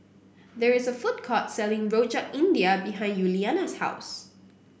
there is a food court selling Rojak India behind Yuliana's house